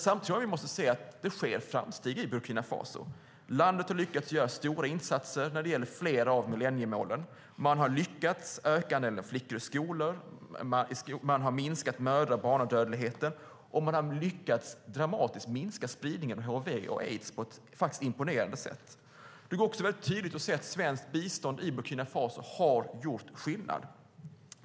Samtidigt måste vi dock se att det sker framsteg i Burkina Faso. Landet har lyckats göra stora insatser i arbetet med flera av millenniemålen. Man har lyckats öka andelen flickor i skolan. Man har minskat mödra och barnadödligheten och man har lyckats minska spridningen av hiv och aids dramatiskt på ett sätt som är imponerande. Och det går tydligt att se att svenskt bistånd i Burkina Faso har gjort skillnad.